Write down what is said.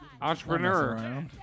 Entrepreneur